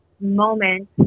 moment